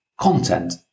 Content